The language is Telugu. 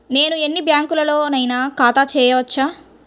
నేను ఎన్ని బ్యాంకులలోనైనా ఖాతా చేయవచ్చా?